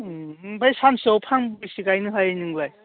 ओमफ्राय सानसेयाव फांबेसे गायनो हायो नोंलाय